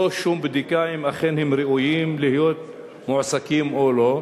שום בדיקה אם אכן הם ראויים להיות מועסקים או לא.